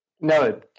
No